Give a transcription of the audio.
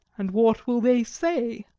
and what will they say?